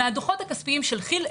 מהדוחות הכספיים של כי"ל,